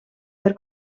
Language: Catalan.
per